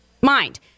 mind